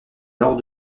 nord